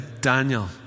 Daniel